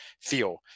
feel